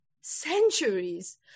centuries